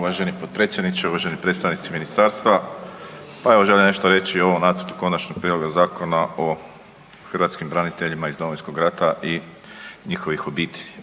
uvaženi potpredsjedniče, uvaženi predstavnici ministarstva, pa evo želim nešto reći o ovom nacrtu Konačnog prijedloga Zakona o hrvatskim braniteljima iz Domovinskog rata i njihovih obitelji.